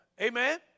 Amen